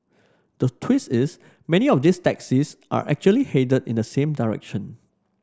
the twist is many of these taxis are actually headed in the same direction